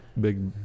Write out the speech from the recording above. big